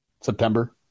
September